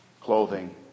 Clothing